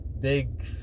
big